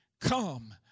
come